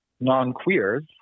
non-queers